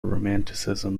romanticism